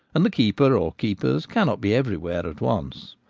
and the keeper or keepers cannot be everywhere at once.